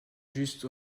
juste